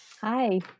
Hi